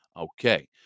Okay